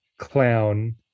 clown